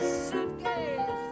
suitcase